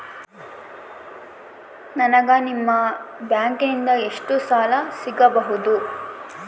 ನನಗ ನಿಮ್ಮ ಬ್ಯಾಂಕಿನಿಂದ ಎಷ್ಟು ಸಾಲ ಸಿಗಬಹುದು?